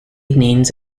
evenings